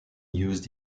used